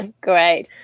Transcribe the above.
Great